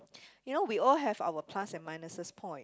you know we all have our plus and minuses point